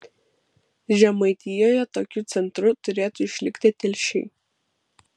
žemaitijoje tokiu centru turėtų išlikti telšiai